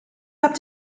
habt